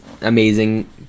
amazing